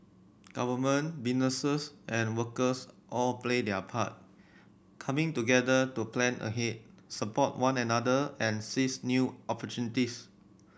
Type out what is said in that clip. government businesses and workers all play their part coming together to plan ahead support one another and seize new opportunities